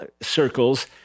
circles